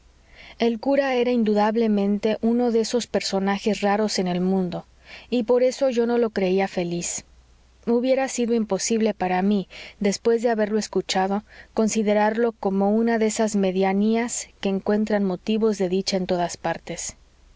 el cura era indudablemente uno de esos personajes raros en el mundo y por eso yo no lo creía feliz hubiera sido imposible para mí después de haberlo escuchado considerarlo como una de esas medianías que encuentran motivos de dicha en todas partes